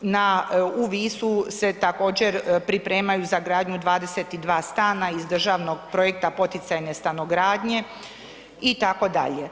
na, u Visu se također pripremaju za gradnju 22 stana iz državnog projekta poticajne stanogradnje itd.